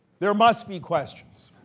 there must be questions.